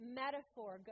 metaphor